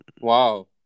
Wow